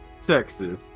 Texas